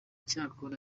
cyakora